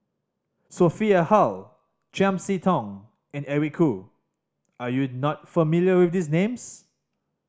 Sophia Hull Chiam See Tong and Eric Khoo are you not familiar with these names